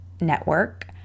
network